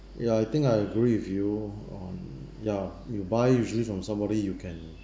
ya I think I agree with you on ya you buy usually from somebody you can